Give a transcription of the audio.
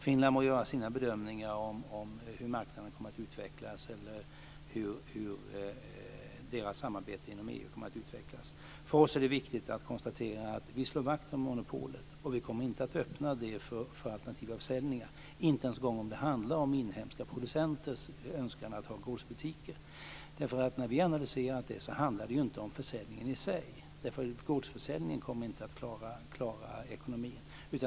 Finland må göra sina bedömningar av hur marknaden kommer att utvecklas eller av hur samarbetet inom EU kommer att utvecklas. För oss är det viktigt att konstatera att vi slår vakt om monopolet, och vi kommer inte att öppna för alternativa försäljningar - inte ens en gång om det handlar om inhemska producenters önskan att ha gårdsbutiker. När vi har analyserat detta har vi sett att det inte handlar om försäljningen i sig. Gårdsförsäljningen kommer inte att klara ekonomin.